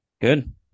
Good